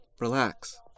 Relax